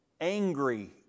angry